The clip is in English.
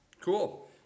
Cool